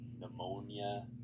pneumonia